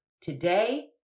today